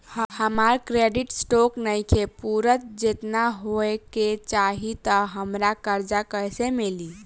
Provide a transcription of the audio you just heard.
हमार credit score नईखे पूरत जेतना होए के चाही त हमरा कर्जा कैसे मिली?